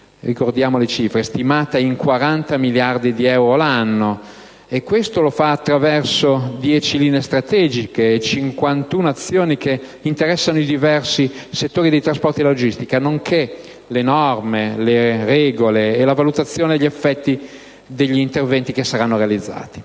nostro Paese, stimata in circa 40 miliardi di euro annui, attraverso dieci linee strategiche e 51 azioni che interessano i diversi settori dei trasporti e della logistica, nonché le norme, le regole e la valutazione degli effetti degli interventi che saranno realizzati.